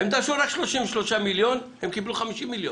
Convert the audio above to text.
הם דרשו רק 33 מיליון, הם קיבלו 50 מיליון.